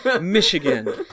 Michigan